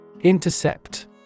Intercept